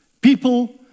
People